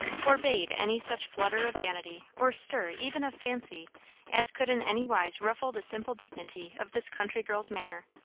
forbade any such flutter of vanity or stir even of fancy as could in any wise ruffle the simple dignity of this country girl's manner.